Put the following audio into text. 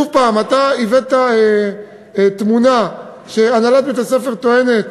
שוב, אתה הבאת תמונה שהנהלת בית-הספר טוענת